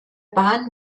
bahn